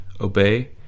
obey